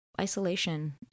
isolation